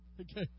Okay